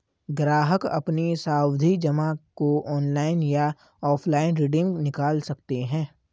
ग्राहक अपनी सावधि जमा को ऑनलाइन या ऑफलाइन रिडीम निकाल सकते है